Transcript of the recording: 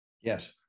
Yes